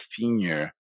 senior